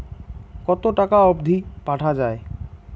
কতো টাকা অবধি পাঠা য়ায়?